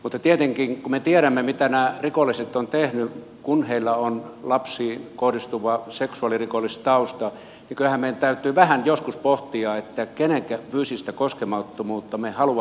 mutta tietenkin kun me tiedämme mitä nämä rikolliset ovat tehneet kun heillä on lapsiin kohdistuva seksuaalirikollistausta niin kyllähän meidän täytyy vähän joskus pohtia kenen fyysistä koskemattomuutta me haluamme todella suojella